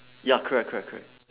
ya correct correct correct